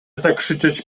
zakrzyczeć